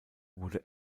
wurde